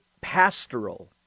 pastoral